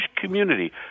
community